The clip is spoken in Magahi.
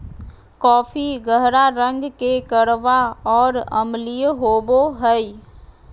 कॉफी गहरा रंग के कड़वा और अम्लीय होबो हइ